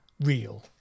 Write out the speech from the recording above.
real